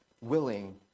willing